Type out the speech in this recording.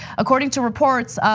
according to reports,